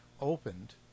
opened